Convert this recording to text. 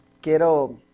Quiero